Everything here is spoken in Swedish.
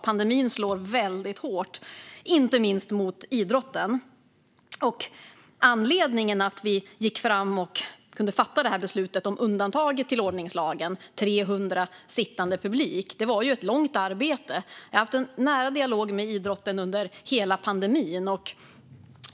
Pandemin slår väldigt hårt, inte minst mot idrotten. Vi kunde efter ett långt arbete fatta beslutet om undantag från ordningslagen för sittande publik med 300 deltagare. Jag har haft en nära dialog med idrotten under hela pandemin.